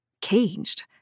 caged